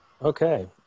Okay